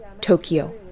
Tokyo